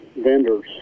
vendors